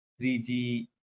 3G